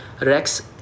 Rex